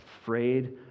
afraid